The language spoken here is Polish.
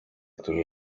którzy